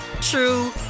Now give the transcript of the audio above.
true